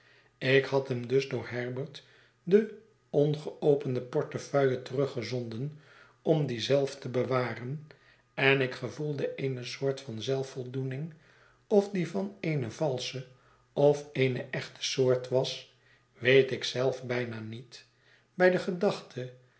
ik had hem dus door herbert de ongeopende portefeuille teruggezonden om die zelf te bewaren en ik gevoelde eene soort van zelfvoldoening of die van eene valsche of eene echte soort was weet ik zelf bijna niet bij de gedachte